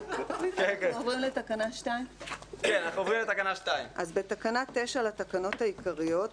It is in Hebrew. אנחנו עוברים לתקנה 2. "תיקון תקנה 9 2. בתקנה 9 לתקנות העיקריות,